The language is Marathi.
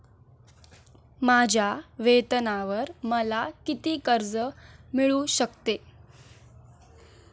माझ्या वेतनावर मला किती कर्ज मिळू शकते?